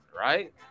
right